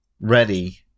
ready